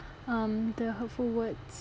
um the hurtful words